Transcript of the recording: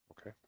okay